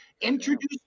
introduce